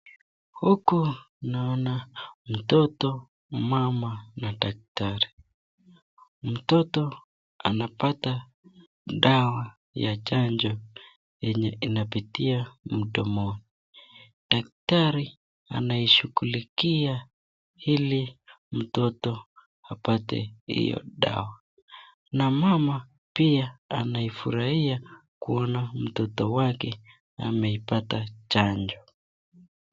Huku naona mtoto, mama, na daktari. Mtoto anapata dawa ya chanjo ambayo inapitia mdomoni. Daktari anaishughulikia ili mtoto apate hiyo dawa, na mama pia anafurahia kuona kuwa mtoto wake ameipata chanjo.